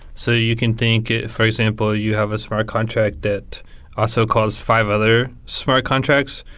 so you can think, for example, you have a smart contract that also cause five other smart contracts.